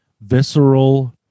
visceral